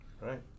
Right